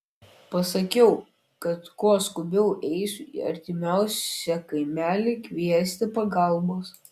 pasakiau kad kuo skubiau eisiu į artimiausią kaimelį kviesti pagalbos